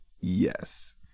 yes